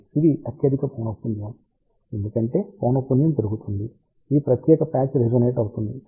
ఇది అత్యధిక పౌనఃపున్యం ఎందుకంటే పౌనఃపున్యం పెరుగుతుంది ఈ ప్రత్యేక ప్యాచ్ రెజోనేట్ అవుతుంది